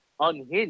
unhinged